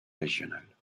régionales